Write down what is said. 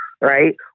right